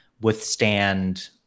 withstand